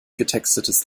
getextetes